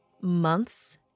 months